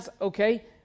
okay